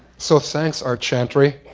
so, thanks art chantry.